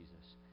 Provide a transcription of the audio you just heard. Jesus